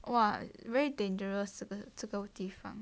!wah! very dangerous 这个这个地方